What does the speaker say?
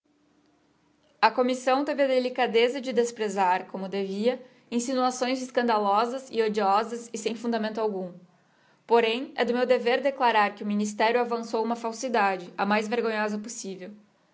a commissão teve a delicadeza de desprezar como devia insinuações escandalosas e odiosas e sem fundamento algum porém é do meu dever declarar que o ministério avançou uma falsidade a mais vergo nhosa possível